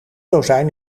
dozijn